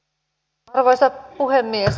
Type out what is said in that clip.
arvoisa puhemies